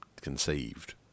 conceived